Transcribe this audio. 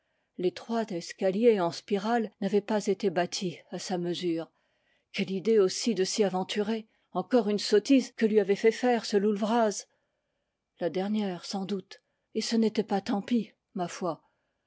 l'étroit escalier en spirale n'avait pas été bâti à sa mesure quelle idée aussi de s'y aventurer encore une sottise que lui avait laire ce loull vraz la dernière sans doute et ce n'était pas tant pis ma foi